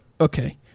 okay